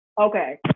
okay